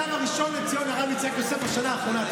כתב הראשון לציון הרב יצחק יוסף בשנה האחרונה.